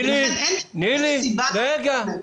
לכן אין סיבה --- רגע,